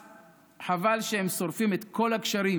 חבל שהם שורפים את כל הקשרים